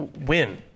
win